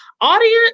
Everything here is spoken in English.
audience